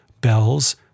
bells